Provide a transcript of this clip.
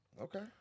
Okay